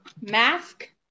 Mask